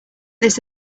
this